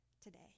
today